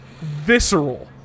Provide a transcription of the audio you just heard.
visceral